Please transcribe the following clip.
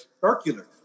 circular